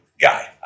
guy